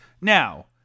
Now